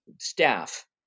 staff